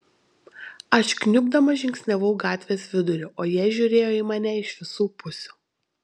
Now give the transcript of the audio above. aš kniubdamas žingsniavau gatvės viduriu o jie žiūrėjo į mane iš visų pusių